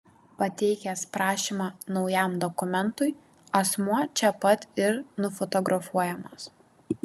pateikęs prašymą naujam dokumentui asmuo čia pat ir nufotografuojamas